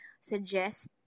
suggest